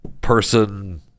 person